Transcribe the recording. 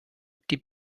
die